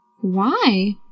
Why